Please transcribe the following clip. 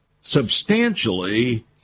substantially